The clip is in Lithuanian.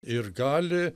ir gali